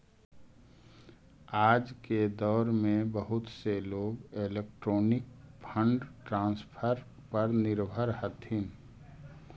आज के दौर में बहुत से लोग इलेक्ट्रॉनिक फंड ट्रांसफर पर निर्भर हथीन